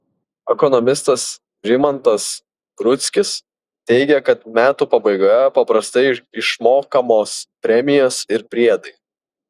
ekonomistas rimantas rudzkis teigia kad metų pabaigoje paprastai išmokamos premijos ir priedai